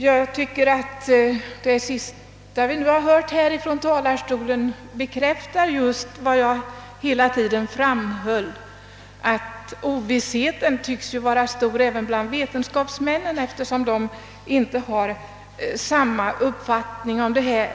Jag tycker att det vi senast hört från talarstolen bekräftar vad jag hela tiden framhållit, nämligen att ovissheten tycks vara stor även bland vetenskapsmännen — deras bedömningar är ofta motstridiga i denna fråga.